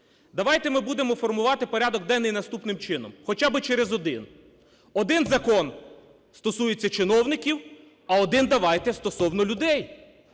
давайте ми будемо формувати порядок денний наступним чином. Хоча би через один: один закон стосується чиновників, а один, давайте, стосовно людей.